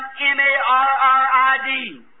M-A-R-R-I-D